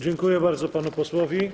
Dziękuję bardzo panu posłowi.